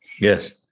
Yes